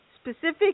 specific